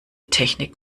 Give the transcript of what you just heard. technik